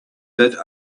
bid